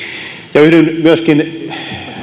yhdyn myöskin